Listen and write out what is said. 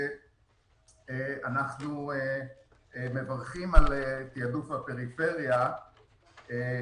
אנחנו מברכים על תעדוף הפריפריה אבל